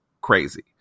crazy